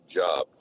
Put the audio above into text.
job